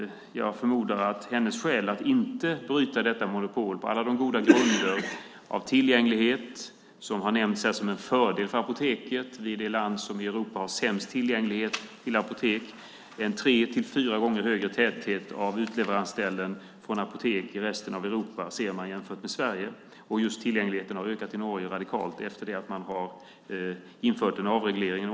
Vilka är interpellantens skäl att inte bryta detta monopol på alla goda grunder som har nämnts, såsom tillgänglighet, som en fördel för apoteket i det land i Europa som har sämst tillgänglighet till apotek? Det är tre till fyra gånger högre täthet av utleveransställen från apotek i resten av Europa än i Sverige. Just tillgängligheten har ökat radikalt i Norge efter det att man införde en omreglering.